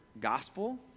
gospel